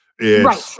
Right